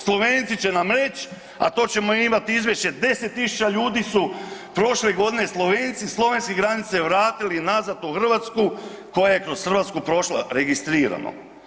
Slovenci će nam reć, a to ćemo imati izvješće, 10.000 ljudi su prošle godine Slovenci sa slovenske granice vratili nazad u Hrvatsku koja je kroz Hrvatsku prošla registrirano.